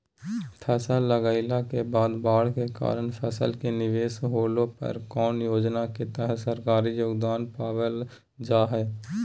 फसल लगाईला के बाद बाढ़ के कारण फसल के निवेस होला पर कौन योजना के तहत सरकारी योगदान पाबल जा हय?